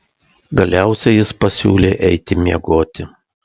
galiausiai jis pasiūlė eiti miegoti